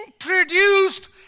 introduced